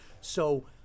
so-